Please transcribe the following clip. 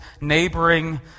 neighboring